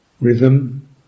Rhythm